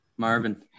Marvin